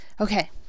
Okay